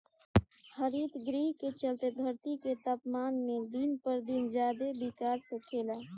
हरितगृह के चलते धरती के तापमान में दिन पर दिन ज्यादे बिकास होखेला